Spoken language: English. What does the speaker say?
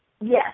yes